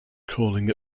calling